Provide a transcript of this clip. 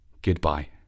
Goodbye